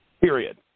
Period